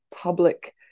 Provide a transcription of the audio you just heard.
public